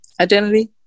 identity